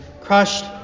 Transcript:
crushed